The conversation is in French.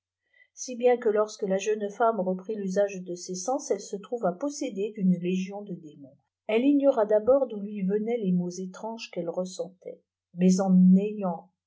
si bien que lorsque la jeune femme reprit l'usage de ses sens elle se trouya possédée d'une légion de démons elle ignora d'abord d'où lui venaient les maux étranges qu'elle ressentait mais en ayant